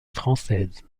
française